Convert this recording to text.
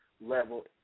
level